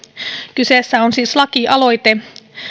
kyseessä on siis lakialoite